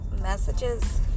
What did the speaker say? messages